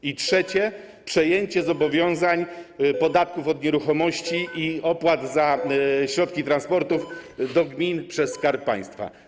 I trzecie: przejęcie zobowiązań, podatków od nieruchomości i opłat za środki transportu do gmin przez Skarb Państwa.